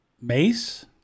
Mace